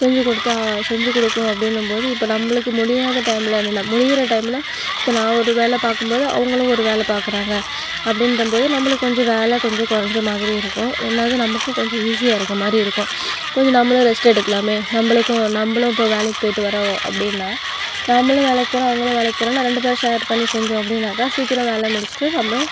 செஞ்சு கொடுத்தா செஞ்சு கொடுக்கும் அப்டின்னும் போது இப்போ நம்மளுக்கு முடியாத டைம்லன்னு இல்லை முடிகிற டைமில் இப்போ நான் ஒரு வேலை பார்க்கும்போது அவங்களும் ஒரு வேலை பாக்கிறாங்க அப்டின்ற போது நம்மளுக்கு கொஞ்சம் வேலை கொஞ்சம் கொறைஞ்ச மாதிரி இருக்கும் ரெண்டாவது நமக்கும் கொஞ்சம் ஈஸியாக இருக்கற மாதிரி இருக்கும் கொஞ்சம் நம்மளும் ரெஸ்ட்டெடுக்கலாம் நம்மளுக்கும் நம்மளும் இப்போ வேலைக்கு போய்ட்டு வரோம் அப்படினா நாமளும் வேலைக்கு போகிறோம் அவங்களும் வேலைக்கு போகிறாங்க ரெண்டு பேரும் ஷேர் பண்ணி செஞ்சோம் அப்டினாக்க சீக்கிரம் வேலை முடிச்சுட்டு நம்ம